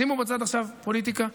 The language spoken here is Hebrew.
שימו בצד עכשיו פוליטיקה,